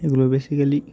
এগুলো বেসিক্যালি